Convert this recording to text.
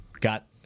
got